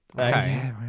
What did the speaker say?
okay